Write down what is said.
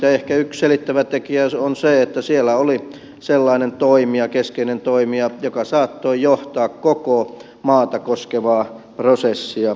ehkä yksi selittävä tekijä on se että siellä oli sellainen keskeinen toimija joka saattoi johtaa koko maata koskevaa prosessia